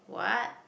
what